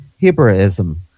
Hebraism